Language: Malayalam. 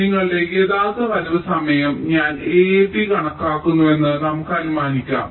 അതിനാൽ നിങ്ങളുടെ യഥാർത്ഥ വരവ് സമയം ഞാൻ AAT കണക്കാക്കുന്നുവെന്ന് നമുക്ക് അനുമാനിക്കാം